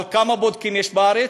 אבל כמה בודקים יש בארץ?